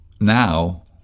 now